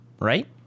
Right